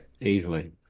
easily